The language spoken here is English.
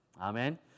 Amen